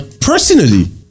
Personally